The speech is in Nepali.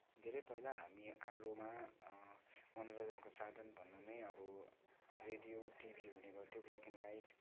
धेरै पहिला हामी हाम्रोमा मनोरञ्जनको साधन भन्नु नै अब रेडियो टिभी हुने गर्थ्यो ब्ल्याक एन्ड व्हाइट